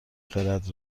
خرد